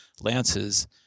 lances